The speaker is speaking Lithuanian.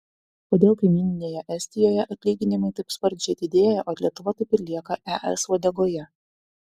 kodėl kaimynėje estijoje atlyginimai taip sparčiai didėja o lietuva taip ir lieka es uodegoje